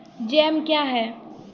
Jam क्या हैं?